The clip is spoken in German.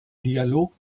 dialog